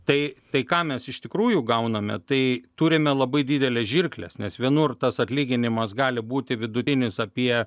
tai tai ką mes iš tikrųjų gauname tai turime labai dideles žirkles nes vienur tas atlyginimas gali būti vidutinis apie